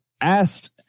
asked